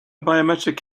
biometric